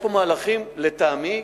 רבותי, יש פה מהלכים גדולים לטעמי.